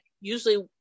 Usually